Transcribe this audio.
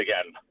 again